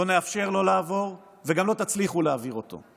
לא נאפשר לו לעבור, וגם לא תצליחו להעביר אותו.